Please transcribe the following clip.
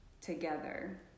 together